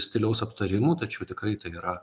stiliaus aptarimų tačiau tikrai tai yra